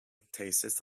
tastes